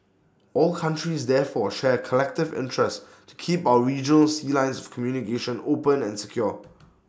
all countries therefore share collective interest to keep our regional sea lines of communication open and secure